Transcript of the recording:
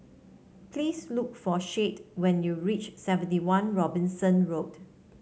please look for Shade when you reach Seventy One Robinson Road